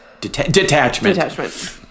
Detachment